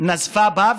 נזפה בה,